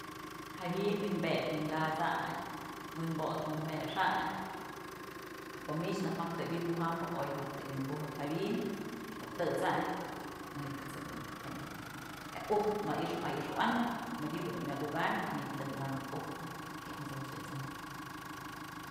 Jawi'in wi'in pet wi'in kasayn, wi'in po'ot wi'in mexayn a pë mich najk tëm wi'inbujambë oy jak tëm wi'inbujëb jawi'in iuk tësayn manytës jedun jem je'e ujtë ayxëwanë madyëbë dun myak ukambyë y myt tëkëwanë ujpë y amso'o tyësanë.